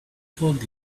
told